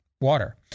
Water